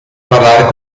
parlare